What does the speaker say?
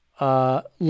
look